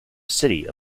city